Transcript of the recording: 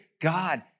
God